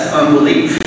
unbelief